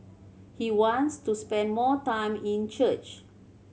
he wants to spend more time in church